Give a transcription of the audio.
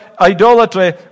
idolatry